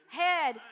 head